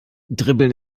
dribbeln